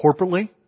corporately